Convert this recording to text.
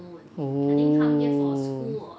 oh